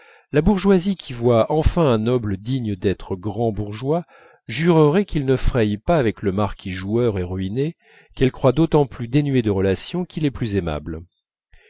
la bourgeoisie qui voit enfin un noble digne d'être grand bourgeois jurerait qu'il ne fraye pas avec le marquis joueur et ruiné qu'elle croit d'autant plus dénué de relations qu'il est plus aimable